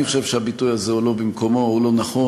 אני חושב שהביטוי הזה הוא לא במקומו, הוא לא נכון.